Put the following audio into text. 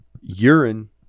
urine